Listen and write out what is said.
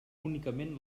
únicament